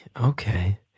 okay